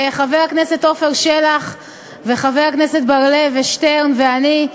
חבר הכנסת עפר שלח וחברי הכנסת בר-לב ושטרן ואני,